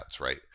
right